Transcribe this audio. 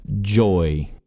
joy